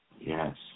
Yes